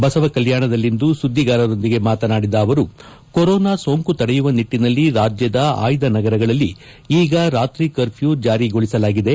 ಬಸವಕಲ್ಲಾಣದಲ್ಲಿಂದು ಸುದ್ದಿಗಾರರೊಂದಿಗೆ ಮಾತನಾಡಿದ ಅವರು ಕೊರೋನಾ ಸೋಂಕು ತಡೆಯುವ ನಿಟ್ಟನಲ್ಲಿ ರಾಜ್ಬದ ಆಯ್ದ ನಗರಗಳಲ್ಲಿ ಈಗ ರಾತ್ರಿ ಕರ್ಫ್ನೂ ಜಾರಿಗೊಳಿಸಲಾಗಿದೆ